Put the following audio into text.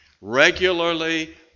Regularly